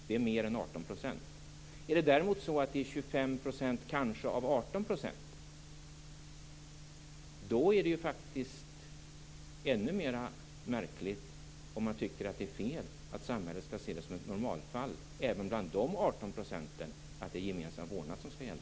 Det är mer än 18 %. Är det däremot så att det kanske är 25 % av 18 % är det faktiskt ännu mer märkligt om man tycker att det är fel att samhället skall se det som ett normalfall att gemensam vårdnad skall gälla även bland de 18 procenten.